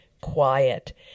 quiet